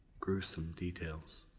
gruesome details.